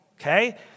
okay